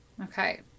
Okay